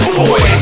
boy